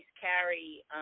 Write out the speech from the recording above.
carry